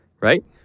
right